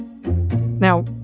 Now